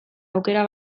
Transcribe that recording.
aukera